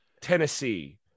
tennessee